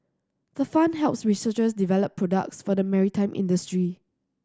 the fund helps researchers develop products for the maritime industry